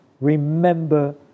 remember